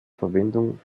verwendung